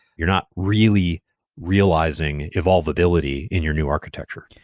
you're not really realizing evolveability in your new architecture.